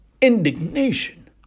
indignation